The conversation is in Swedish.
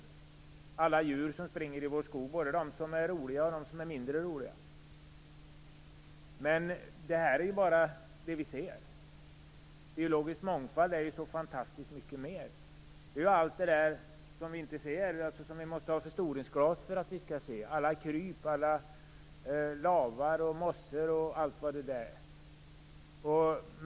Det är alla djur som springer i vår skog, både de som är roliga och de som är mindre roliga. Detta är bara det vi ser. Biologisk mångfald är så fantastiskt mycket mer. Det är allt det vi inte ser, eller det som vi måste ha förstoringsglas för att kunna se. Det är alla kryp, lavar och mossor och allt vad det kan vara.